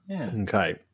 Okay